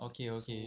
okay okay